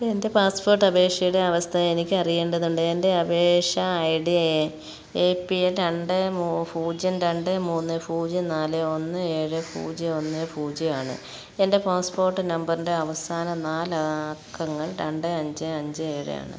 എൻ്റെ പാസ്പോർട്ട് അപേക്ഷയുടെ അവസ്ഥ എനിക്ക് അറിയേണ്ടതുണ്ട് എൻ്റെ അപേക്ഷാ I D A P L രണ്ട് പൂജ്യം രണ്ട് മൂന്ന് പൂജ്യം നാല് ഒന്ന് ഏഴ് പൂജ്യം ഒന്ന് പൂജ്യം ആണ് എൻ്റെ പാസ്പോർട്ട് നമ്പറിൻ്റെ അവസാന നാല് അക്കങ്ങൾ രണ്ട് അഞ്ച് അഞ്ച് ഏഴ് ആണ്